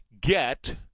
get